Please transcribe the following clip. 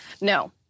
No